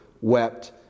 wept